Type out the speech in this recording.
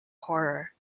horror